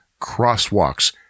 Crosswalks